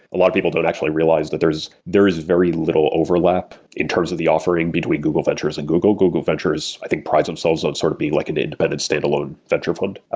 a lot of people don't actually realize that there is very little overlap in terms of the offering between google ventures and google. google ventures i think prides themselves on sort of being like an independent standalone venture front.